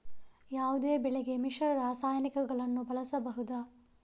ಯಾವುದೇ ಬೆಳೆಗೆ ಮಿಶ್ರ ರಾಸಾಯನಿಕಗಳನ್ನು ಬಳಸಬಹುದಾ?